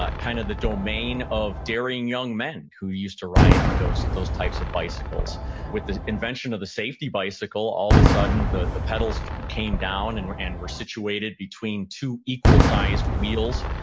ah kind of the domain of daring young men who used to ride those those types of bicycles with the invention of safety bicycle, all of a sudden, the the pedals came down and were and were situated between two equal sized wheels,